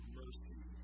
mercy